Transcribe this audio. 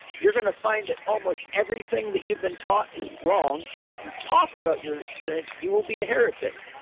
you're going to find that almost everything that you've been taught is wrong. and if you talk about your experience, you will be a heretic.